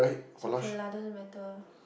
it's okay lah doesn't matter